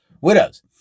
widows